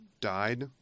Died